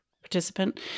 participant